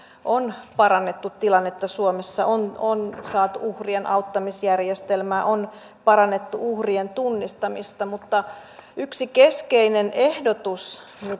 on parannettu tilannetta suomessa on on saatu uhrien auttamisjärjestelmä on parannettu uhrien tunnistamista mutta yksi keskeinen ehdotus